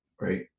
right